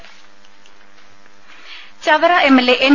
ദേദ Chavara M L A N